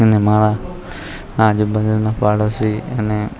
અને મારા આજુબાજુના પાડોશી અને